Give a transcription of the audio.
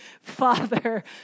Father